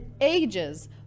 ages